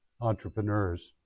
entrepreneurs